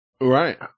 Right